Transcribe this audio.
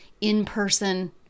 in-person